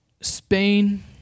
Spain